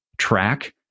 track